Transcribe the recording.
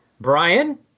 brian